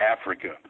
Africa